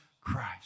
Christ